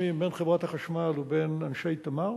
חברת החשמל ובין אנשי "תמר".